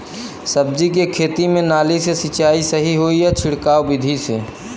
सब्जी के खेती में नाली से सिचाई सही होई या छिड़काव बिधि से?